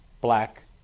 black